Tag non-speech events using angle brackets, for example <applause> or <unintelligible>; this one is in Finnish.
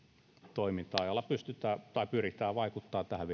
toimintaa jolla pystytään tai pyritään vaikuttamaan tähän <unintelligible>